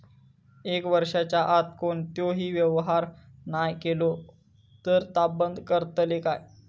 एक वर्षाच्या आत कोणतोही व्यवहार नाय केलो तर ता बंद करतले काय?